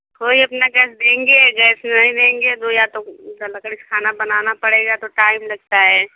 कोई अपना गैस देंगे गएस नहीं देंगे तो या तो लकड़ी से खाना बनाना पड़ेगा तो टाइम लगता है